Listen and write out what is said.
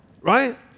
Right